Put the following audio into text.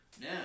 Now